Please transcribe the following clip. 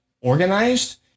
organized